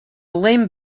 lame